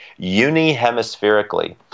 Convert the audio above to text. unihemispherically